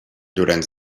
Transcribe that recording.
llorenç